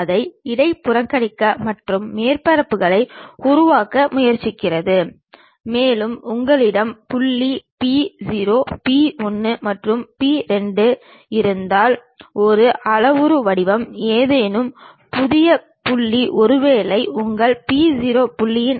HP என்று குறிக்கப்படும் கிடைமட்ட தளம் VP என்று குறிக்கப்படும் செங்குத்து தளம் PP என்று குறிக்கப்படும் பக்கவாட்டு தளம் ஆகியவை நாம் பயன்படுத்தும் வெவ்வேறு ரெஃபரன்ஸ் தளங்களாகும்